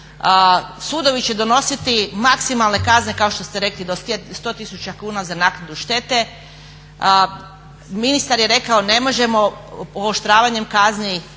sudovi će donositi maksimalne kazne kao što ste rekli do 100 tisuća kuna za naknadu štete. Ministar je rekao ne možemo pooštravanjem kazni